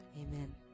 Amen